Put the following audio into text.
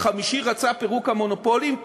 החמישי רצה פירוק מונופולים,